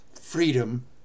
Freedom